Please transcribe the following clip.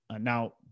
Now